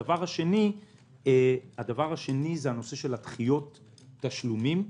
דבר שני זה הנושא של דחיות התשלומים.